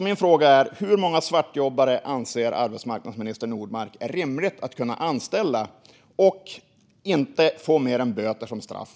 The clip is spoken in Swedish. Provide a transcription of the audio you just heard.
Min fråga är: Hur många svartjobbare anser arbetsmarknadsminister Nordmark att det är rimligt att man kan anställa utan att få mer än böter som straff?